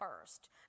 first